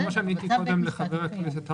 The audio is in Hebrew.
כפי שעניתי קודם לחבר הכנסת האוזר,